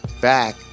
back